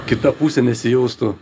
kita pusė nesijaustų